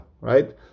right